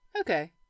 Okay